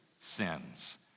sins